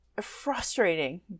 frustrating